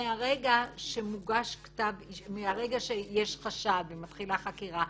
מרגע שיש חשד ומתחילה חקירה,